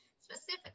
specifically